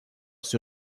sur